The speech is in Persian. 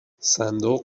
صندوق